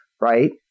right